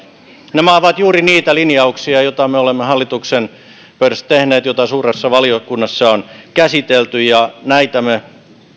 nämä ovat juuri niitä linjauksia joita me olemme hallituksen pöydässä tehneet joita suuressa valiokunnassa on käsitelty ja näitä me